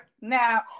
now